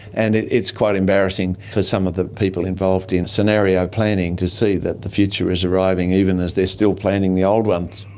and it's quite embarrassing for some of the people involved in scenario planning to see that the future is arriving, even as they are still planning the old ones.